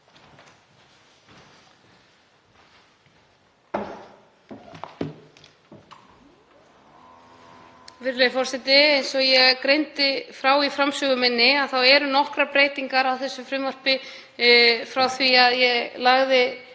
Virðulegi forseti. Eins og ég greindi frá í framsögu minni eru nokkrar breytingar á þessu frumvarpi frá því að ég lagði